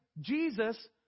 Jesus